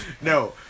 No